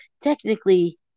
technically